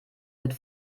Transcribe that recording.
mit